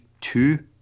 two